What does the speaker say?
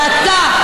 ואתה,